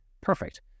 Perfect